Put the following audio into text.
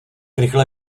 rychle